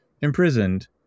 imprisoned